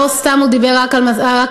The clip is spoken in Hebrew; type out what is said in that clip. לא סתם הוא דיבר רק על משא-ומתן,